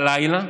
בלילה,